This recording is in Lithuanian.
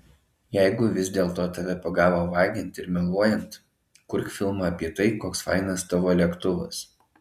jeigu vis dėl to tave pagavo vagiant ir meluojant kurk filmą apie tai koks fainas tavo lėktuvas